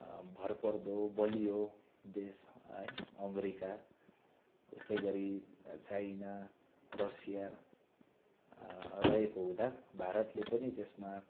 भरपर्दो बलियो देश है अमेरिका उस्तै गरी चाइना रसिया रहेको हुँदा भारतले पनि त्यसमा